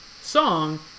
song